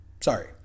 Sorry